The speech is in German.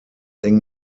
eng